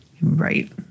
Right